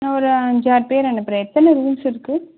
நான் ஒரு அஞ்சாறு பேர் அனுப்புகிறேன் எத்தனை ரூம்ஸ் இருக்குது